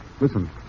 Listen